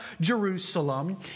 Jerusalem